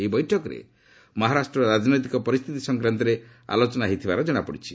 ଏହି ବୈଠକରେ ମହାରାଷ୍ଟ୍ରର ରାଜନୈତିକ ପରିସ୍ଥିତି ସଂକ୍ରାନ୍ତରେ ଆଲୋଚନା ହୋଇଥିବାର ଜଣାପଡ଼ିଛି